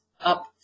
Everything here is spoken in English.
up